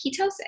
ketosis